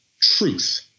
truth